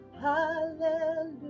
hallelujah